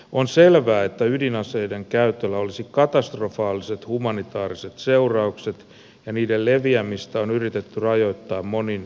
on selvää että ydinaseiden käytöllä olisi katastrofaaliset humanitaariset seuraukset ja niiden leviämistä on yritetty rajoittaa monin tavoin